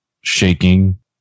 shaking